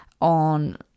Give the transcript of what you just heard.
on